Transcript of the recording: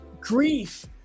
grief